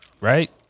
right